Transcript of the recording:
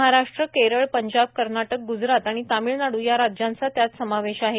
महाराष्ट्र केरळ पंजाब कर्नाटक ग्जरात आणि तामिळनाडू या राज्यांचा त्यात समावेश आहे